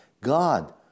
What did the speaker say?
God